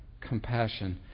compassion